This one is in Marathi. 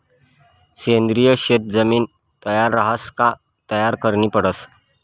सेंद्रिय शेत जमीन तयार रहास का तयार करनी पडस